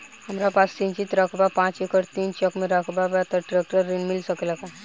हमरा पास सिंचित रकबा पांच एकड़ तीन चक में रकबा बा त ट्रेक्टर ऋण मिल सकेला का?